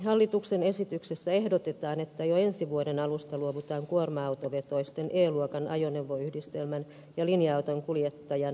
hallituksen esityksessä ehdotetaan että jo ensi vuoden alusta luovutaan kuorma autovetoisen e luokan ajoneuvoyhdistelmän ja linja auton kuljettajan yläikärajasta